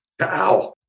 Ow